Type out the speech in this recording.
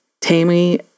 Tammy